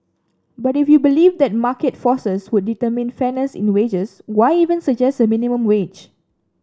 but if you believe that market forces would determine fairness in wages why even suggest a minimum wage